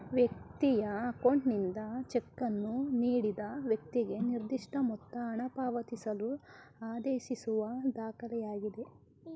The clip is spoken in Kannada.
ವ್ಯಕ್ತಿಯ ಅಕೌಂಟ್ನಿಂದ ಚೆಕ್ಕನ್ನು ನೀಡಿದ ವ್ಯಕ್ತಿಗೆ ನಿರ್ದಿಷ್ಟಮೊತ್ತ ಹಣಪಾವತಿಸಲು ಆದೇಶಿಸುವ ದಾಖಲೆಯಾಗಿದೆ